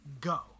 Go